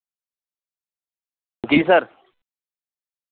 جی سر